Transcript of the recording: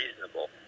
reasonable